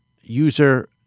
user